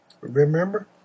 Remember